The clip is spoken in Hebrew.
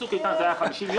בצוק איתן זה היה 50 ימים.